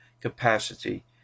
capacity